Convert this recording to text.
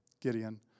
Gideon